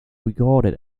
regarded